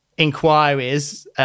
inquiries